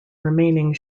remaining